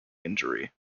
injury